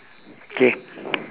K